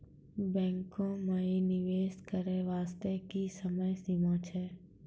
बैंको माई निवेश करे बास्ते की समय सीमा छै?